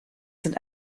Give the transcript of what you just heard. sind